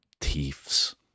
thieves